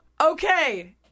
Okay